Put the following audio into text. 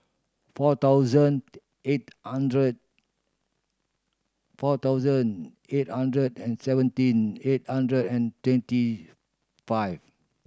four thousand eight hundred four thousand eight hundred and seventeen eight hundred and twenty five